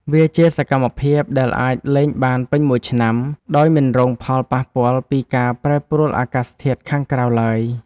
វាជាសកម្មភាពដែលអាចលេងបានពេញមួយឆ្នាំ ដោយមិនរងផលប៉ះពាល់ពីការប្រែប្រួលអាកាសធាតុខាងក្រៅឡើយ។